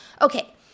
Okay